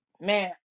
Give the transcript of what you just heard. Man